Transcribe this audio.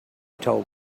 told